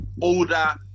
older